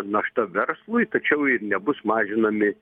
našta verslui tačiau ir nebus mažinami